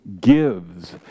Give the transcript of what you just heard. gives